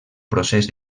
procés